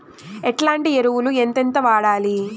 ఎట్లాంటి ఎరువులు ఎంతెంత వాడాలి?